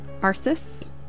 Arsis